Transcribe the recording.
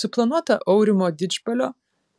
suplanuota aurimo didžbalio